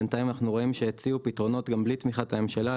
בינתיים אנחנו רואים שהציעו פתרונות גם בלי תמיכת הממשלה.